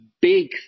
big